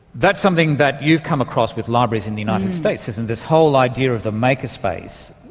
that's something that you've come across with libraries in the united states, this and this whole idea of the maker space.